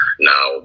Now